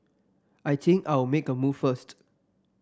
I think I'll make a move first